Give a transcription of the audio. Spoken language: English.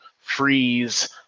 freeze